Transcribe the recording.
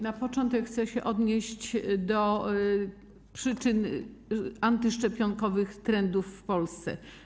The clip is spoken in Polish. Na początek chcę się odnieść do przyczyn antyszczepionkowych trendów w Polsce.